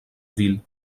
ville